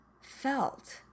felt